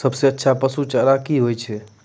सबसे अच्छा पसु चारा की होय छै?